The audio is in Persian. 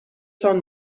تان